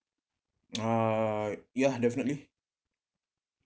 uh yeah definitely